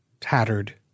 tattered